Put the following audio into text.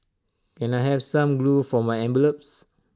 can I have some glue for my envelopes